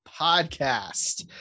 podcast